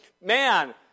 man